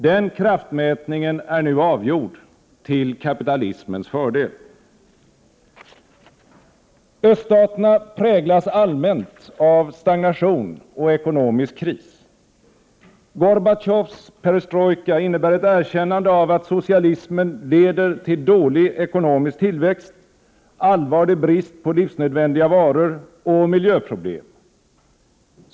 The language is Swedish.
Den kraftmätningen är nu avgjord till kapitalismens fördel. Öststaterna präglas allmänt av stagnation och ekonomisk kris. Gorbatjovs perestrojka innebär ett erkännande av att socialismen leder till dålig ekonomisk tillväxt, allvarlig brist på livsnödvändiga varor och miljöproblem.